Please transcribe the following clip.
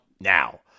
now